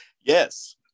Yes